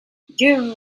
june